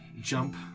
jump